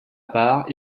part